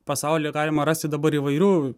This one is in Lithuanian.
pasaulyje galima rasti dabar įvairių